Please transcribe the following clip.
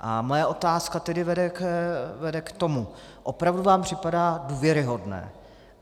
A moje otázka tedy vede k tomu: Opravdu vám připadá důvěryhodné